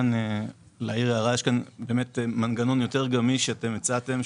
יש כאן מנגנון יותר גמיש שהצעתם,